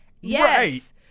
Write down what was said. Yes